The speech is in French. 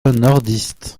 nordiste